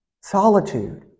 solitude